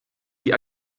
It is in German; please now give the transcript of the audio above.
die